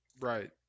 Right